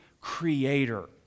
creator